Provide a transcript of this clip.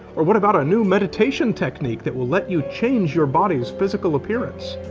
or what about a new meditation technique that will let you change your body's physical appearance?